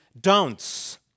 don'ts